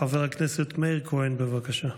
חבר הכנסת מאיר כהן, בבקשה.